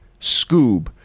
Scoob